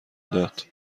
داد